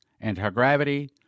anti-gravity